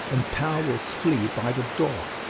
and power will flee by the door.